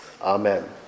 Amen